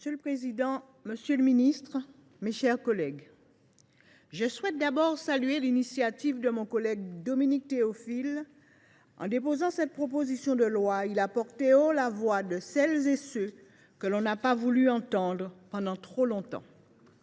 Monsieur le président, monsieur le ministre, mes chers collègues, je souhaite d’abord saluer l’initiative de mon collègue Dominique Théophile. En déposant cette proposition de loi, il a porté haut la voix de celles et ceux que l’on n’a pas voulu entendre pendant trop longtemps.